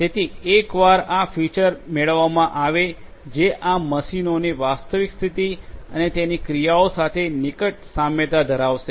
તેથી એકવાર આ ફીચર મેળવવામાં આવે જે આ મશીનોની વાસ્તવિક સ્થિતિ અને તેની ક્રિયાઓ સાથે નિકટ સામ્યતા ધરાવશે